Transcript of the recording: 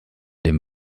dem